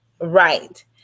Right